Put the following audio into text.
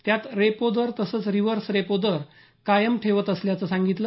त्यात रेपो दर तसंच रिव्हर्स रेपो दर कायम ठेवत असल्याचं सांगितलं